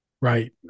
Right